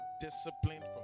Disciplined